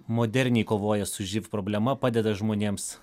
moderniai kovoja su živ problema padeda žmonėms